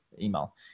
email